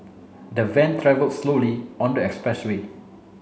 the van travelled slowly on the expressway